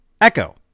echo